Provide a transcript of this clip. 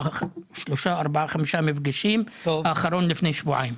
כארבעה מפגשים כשהאחרון היה רק לפני שבועיים.